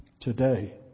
today